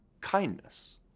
kindness